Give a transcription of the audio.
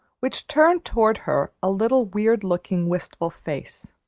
which turned toward her a little, weird-looking, wistful face.